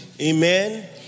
Amen